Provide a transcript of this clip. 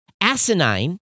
asinine